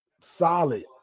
solid